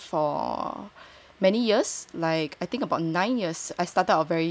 many years like I think about nine years I started out very young yeah